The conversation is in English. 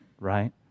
right